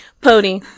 Pony